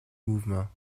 mouvement